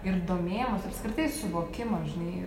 ir domėjimosi ir apskritai suvokimo žinai